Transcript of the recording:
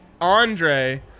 Andre